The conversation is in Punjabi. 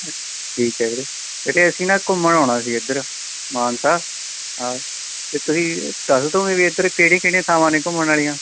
ਠੀਕ ਹੈ ਵੀਰੇ ਇਹ ਅਸੀਂ ਨਾ ਘੁੰਮਣ ਆਉਣਾ ਸੀ ਇੱਧਰ ਮਾਨਸਾ ਹਾਂ ਅਤੇ ਤੁਸੀਂ ਦੱਸ ਦਉਗੇ ਵੀ ਇੱਧਰ ਕਿਹੜੀਆਂ ਕਿਹੜੀਆਂ ਥਾਂਵਾਂ ਨੇ ਘੁੰਮਣ ਵਾਲੀਆਂ